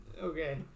Okay